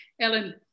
Ellen